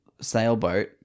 sailboat